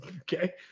okay